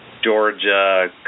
Georgia